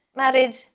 marriage